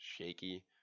shaky